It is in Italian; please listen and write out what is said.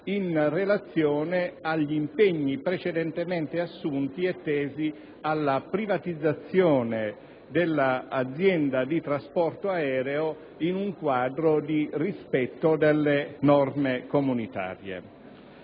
in relazione agli impegni precedentemente assunti e tesi alla privatizzazione dell'azienda di trasporto aereo in un quadro di rispetto delle norme comunitarie.